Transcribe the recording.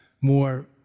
more